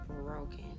broken